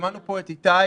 שמענו פה את איתי